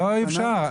לא, אי-אפשר.